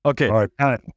Okay